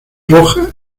roja